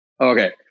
Okay